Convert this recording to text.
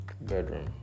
bedroom